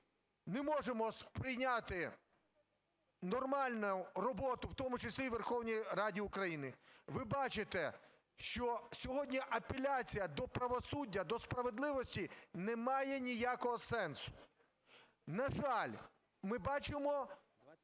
не можемо сприйняти нормальну роботу в тому числі і у Верховній Раді України, ви бачите, що сьогодні апеляція до правосуддя, до справедливості не має ніякого сенсу. На жаль, ми бачимо